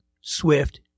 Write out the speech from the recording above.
swift